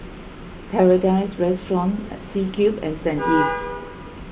Paradise Restaurant C Cube and Saint Ives